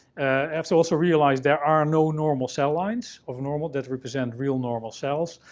um so also realize there are no normal cell lines of normal. that represent real normal cells.